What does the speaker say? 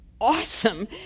awesome